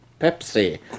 Pepsi